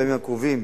בימים הקרובים